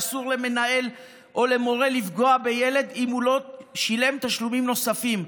אסור למנהל או למורה לפגוע בילד אם הוא לא שילם תשלומים נוספים.